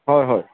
হয় হয়